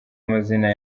amazina